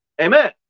Amen